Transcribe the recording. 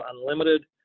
unlimited